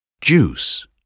juice